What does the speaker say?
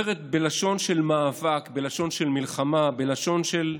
בלשון של מאבק, בלשון של מלחמה, בלשון של גבורה,